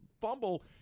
fumble